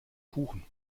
kuchen